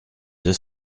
deux